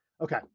Okay